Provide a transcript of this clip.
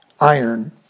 iron